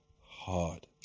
hard